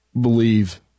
believe